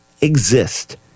exist